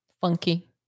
Funky